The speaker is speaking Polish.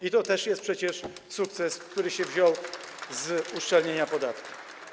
I to też jest przecież sukces, który się wziął z uszczelnienia podatków.